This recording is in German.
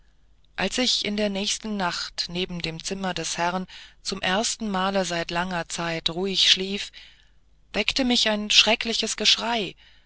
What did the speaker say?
als ich in der nächsten nacht neben dem zimmer des herrn zum ersten male seit langer zeit ruhig schlief weckte mich ein schreckliches geschrei es